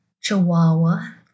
chihuahua